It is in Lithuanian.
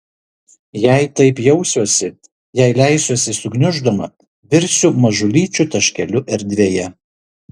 jei taip jausiuosi jei leisiuosi sugniuždoma virsiu mažulyčiu taškeliu erdvėje